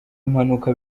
impanuka